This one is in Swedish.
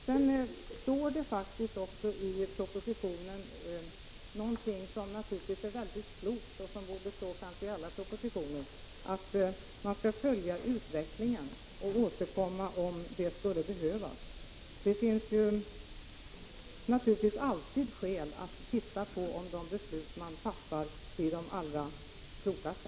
Sedan står det faktiskt också i propositionen någonting som naturligtvis är väldigt klokt och som kanske borde stå i alla propositioner, nämligen att man skall följa utvecklingen och återkomma om det skulle behövas. Det finns naturligtvis alltid skäl att se över om de beslut man fattat är de allra klokaste.